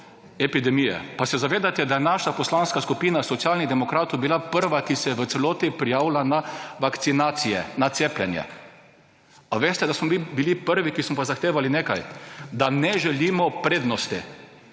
epidemije. Pa se zavedate, da je Poslanska skupina Socialnih demokratov bila prva, ki se je v celoti prijavila na vakcinacije, na cepljenje? Ali veste, da smo mi bili prvi, ki smo pa zahtevali nekaj; da ne želimo prednosti.